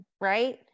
right